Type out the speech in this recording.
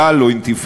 גל או אינתיפאדה,